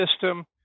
system